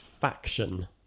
faction